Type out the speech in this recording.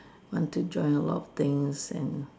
want to join a lot of things and